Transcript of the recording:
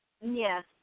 Yes